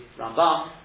Rambam